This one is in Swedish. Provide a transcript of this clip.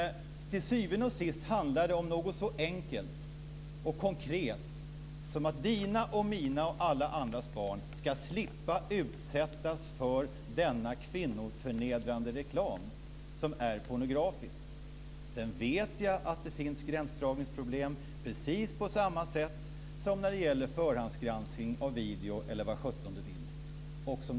Till syvende och sist handlar det om något så enkelt och konkret som att Kenneth Kvists, mina och alla andras barn ska slippa utsättas för denna kvinnoförnedrande reklam som är pornografisk. Sedan vet jag att det finns gränsdragningsproblem, precis på samma sätt som när det gäller förhandsgranskning av video eller vad som helst.